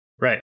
Right